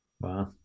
wow